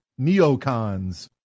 Neocons